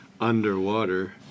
underwater